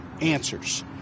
answers